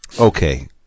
Okay